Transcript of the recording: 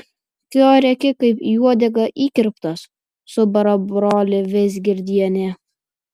ko rėki kaip į uodegą įkirptas subara brolį vizgirdienė